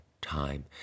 time